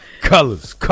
colors